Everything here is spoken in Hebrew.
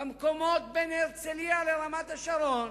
בין הרצלייה לרמת-השרון.